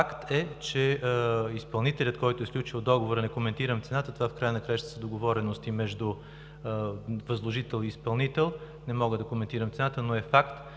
Факт е, че изпълнителят, който е сключил договора, не коментирам цената, това в края на краищата са договорености между възложител и изпълнител, не мога да коментирам цената, но е факт,